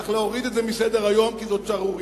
צריך להוריד את זה מסדר-היום, כי זאת שערורייה.